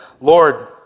Lord